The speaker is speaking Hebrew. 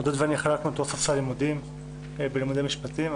עודד ואני חלקנו את ספסל הלימודים בלימודי משפטים,